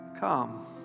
come